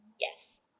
Yes